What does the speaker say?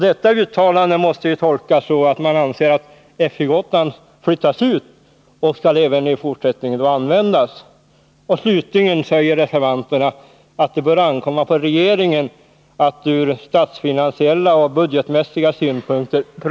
Detta uttalande måste tolkas så att man anser att F-28 skall flyttas ut och även i fortsättningen skall användas. Slutligen säger reservanterna att det bör ankomma på regeringen att pröva frågan från statsfinansiella och budgetmässiga synpunkter.